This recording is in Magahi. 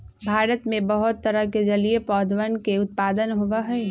भारत में बहुत तरह के जलीय पौधवन के उत्पादन होबा हई